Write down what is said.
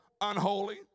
unholy